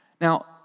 Now